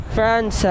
France